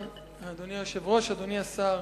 אדוני היושב-ראש, תודה רבה, אדוני השר,